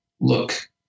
look